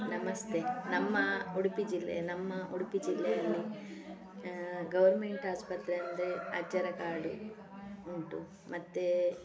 ನಮಸ್ತೆ ನಮ್ಮ ಉಡುಪಿ ಜಿಲ್ಲೆ ನಮ್ಮ ಉಡುಪಿ ಜಿಲ್ಲೆಯಲ್ಲಿ ಗೌರ್ಮೆಂಟ್ ಆಸ್ಪತ್ರೆ ಅಂದರೆ ಅಜ್ಜರಕಾಡು ಉಂಟು ಮತ್ತೆ